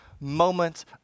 moments